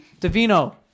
Davino